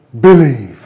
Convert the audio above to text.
believe